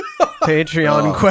Patreon